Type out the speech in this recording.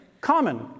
common